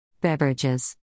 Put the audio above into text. Beverages